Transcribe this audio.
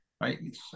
right